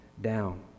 down